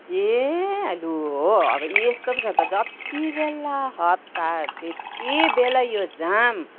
ए लु हो अब यी यस्तो पो छ त जत्तिबेला हतार त्यत्तिबेलै यो जाम